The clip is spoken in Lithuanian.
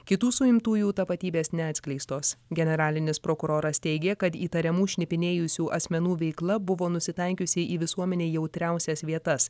kitų suimtųjų tapatybės neatskleistos generalinis prokuroras teigė kad įtariamų šnipinėjusių asmenų veikla buvo nusitaikiusi į visuomenei jautriausias vietas